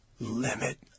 limit